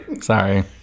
sorry